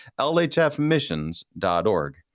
lhfmissions.org